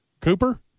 Cooper